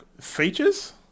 Features